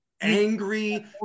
angry